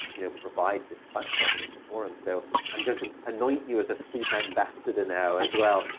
you know, provide this platform and this forum. so i'm going to anoint you as a sleep ambassador now as well.